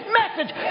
message